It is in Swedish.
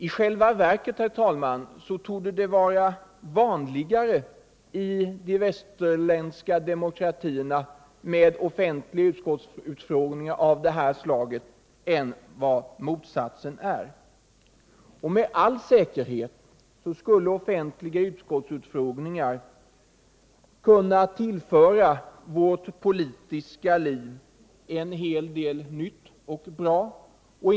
I själva verket torde det, herr talman, i de västerländska demokratierna vara vanligare med offentlig utskottsutfrågning av det här slaget än motsatsen. Med all säkerhet skulle offentliga utskottsutfrågningar kunna tillföra vårt politiska liv en hel del nytt och värdefullt.